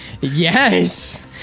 yes